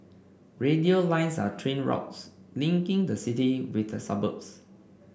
radial lines are train routes linking the city with the suburbs